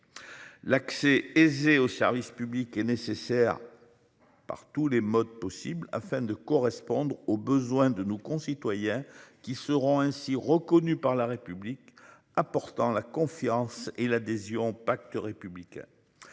L'accès aisé au service public est nécessaire. Par tous les modes possibles afin de correspondre aux besoins de nos concitoyens qui seront ainsi reconnue par la République apportant la confiance et l'adhésion pacte républicain.